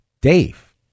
Dave